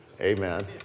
Amen